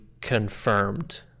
confirmed